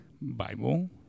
Bible